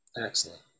Excellent